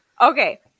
okay